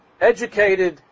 educated